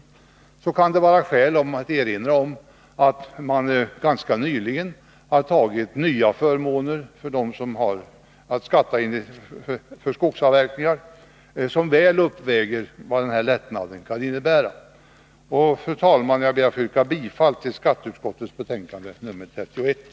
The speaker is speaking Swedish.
Det kan vara skäl att erinra om att det för ganska kort tid sedan införts nya förmåner för den som skattar för skogsavverkningar — förmåner som mycket väl uppväger vad denna lättnad kan innebära. Fru talman! Jag ber att få yrka bifall till skatteutskottets hemställan i dess betänkande nr 31.